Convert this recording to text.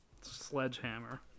sledgehammer